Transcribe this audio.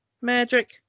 magic